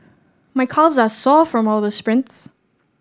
my calves are sore from all the sprints